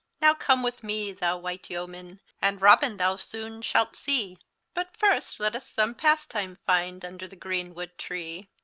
now come with me, thou wight yeman, and robin thou soone shalt see but first let us some pastime find under the greenwood tree.